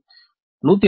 27 0